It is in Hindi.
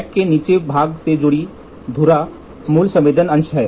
रैक के निचले भाग से जुड़ी धुरा मूल संवेदन अंश है